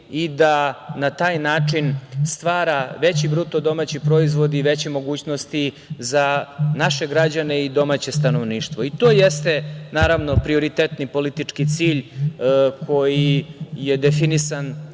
i da na taj način stvara veći BDP i veće mogućnosti za naše građane i domaće stanovništvo. To jeste, naravno, prioritetni politički cilj koji je definisan,